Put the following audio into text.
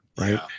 right